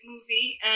movie